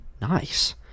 Nice